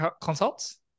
consults